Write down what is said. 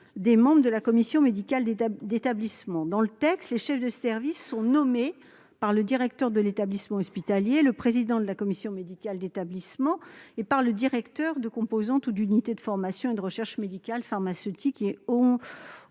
les membres de la commission médicale d'établissement. Aux termes du présent texte, les chefs de service sont nommés par le directeur de l'établissement hospitalier, le président de la commission médicale d'établissement et le directeur de composante ou d'unité de formation et de recherche médicale, pharmaceutique et